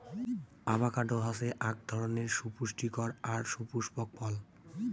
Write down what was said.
avocado হসে আক ধরণের সুপুস্টিকর আর সুপুস্পক ফল